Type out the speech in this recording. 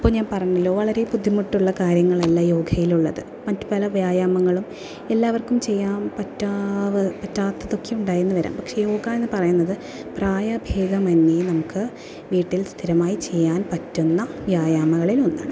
അപ്പം ഞാൻ പറഞ്ഞല്ലോ വളരെ ബുദ്ധിമുട്ടുള്ള കാര്യങ്ങളല്ല യോഗയിലുള്ളത് മറ്റ് പല വ്യായാമങ്ങളും എല്ലാവർക്കും ചെയ്യാം പറ്റാവുന്നത് പറ്റാത്തതൊക്കെ ഉണ്ടായെന്ന് വരാം പക്ഷേ യോഗ എന്ന് പറയുന്നത് പ്രായ ഭേദമന്യേ നമുക്ക് വീട്ടിൽ സ്ഥിരമായി ചെയ്യാൻ പറ്റുന്ന വ്യായാമങ്ങളിൽ ഒന്നാണ്